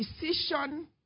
decision